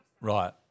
right